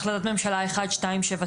החלטת ממשלה 1279,